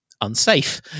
unsafe